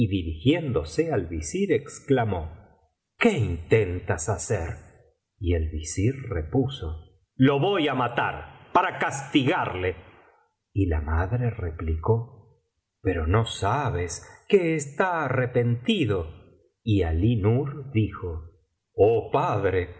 dirigiéndose al visir exclamó qué intentas hacer y el visir repuso lo voy á matar para castigarle y la madre replicó pero no sabes que está arrepentido y alí nur dijo oh padre